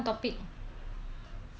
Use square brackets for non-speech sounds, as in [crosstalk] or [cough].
[laughs]